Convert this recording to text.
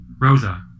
Rosa